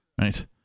right